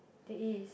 there is